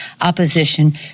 opposition